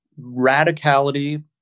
radicality